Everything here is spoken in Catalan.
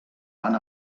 van